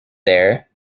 there